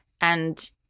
and-